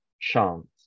chance